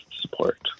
support